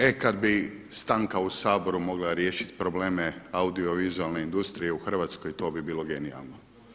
E kada bi stanka u Saboru mogla riješiti probleme audiovizualne industrije u Hrvatskoj to bi bilo genijalno.